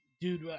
Dude